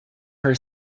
her